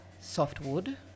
softwood